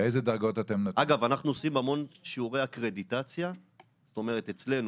אגב, אנחנו עושים המון שיעורי אקרדיטציה אצלנו.